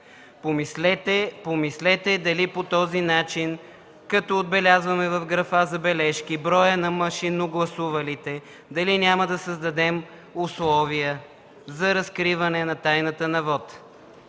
Помислете дали по този начин, като отбелязваме в графа „Забележки” броят на машинно гласувалите, дали няма да създадем условия за разкриване на тайната на вота.